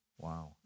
Wow